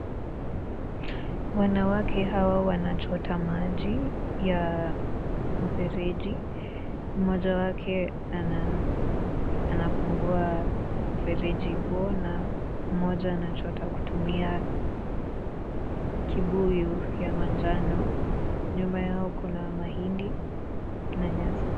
Wanawake hawa wanachota maji, ya mfereji, moja wake anafungua mfereji huo na moja anachota kutumia kibuyu ya manjano nyuma yao kuna mahindi na nyasi.